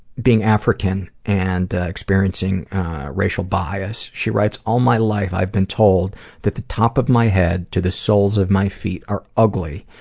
being african, and experiencing racial bias, she writes, all my life, i've been told that the top of my head to the soles of my feet are ugly,